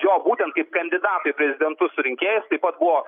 jo būtent kaip kandidato į prezidentus su rinkėjais taip pat buvo